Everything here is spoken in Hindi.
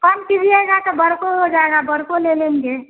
कम कीजिएगा तो बड़को हो जाएगा बड़को ले लेंगे